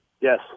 Yes